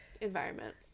environment